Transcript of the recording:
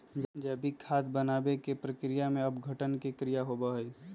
जैविक खाद बनावे के प्रक्रिया में अपघटन के क्रिया होबा हई